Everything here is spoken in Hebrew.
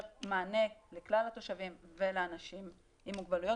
מענה לכלל התושבים ולאנשים עם מוגבלויות.